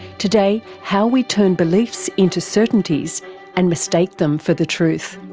today, how we turn beliefs into certainties and mistake them for the truth.